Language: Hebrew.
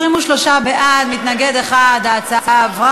התשע"ד 2013,